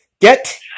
Get